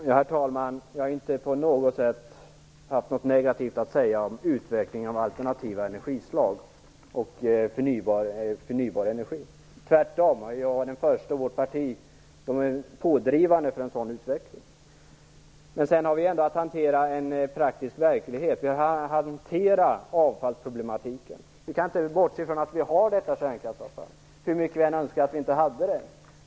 Herr talman! Jag har inte haft något negativt att säga om utveckling av alternativa energislag och förnybar energi. Tvärtom. Jag var den förste i vårt parti som var pådrivande för en sådan utveckling. Men vi har ändå att hantera en praktisk verklighet, att hantera avfallsproblematiken. Vi kan inte bortse från att vi har detta kärnkraftsavfall, hur mycket vi än önskar att vi inte hade det.